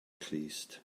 clust